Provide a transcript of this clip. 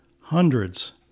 hundreds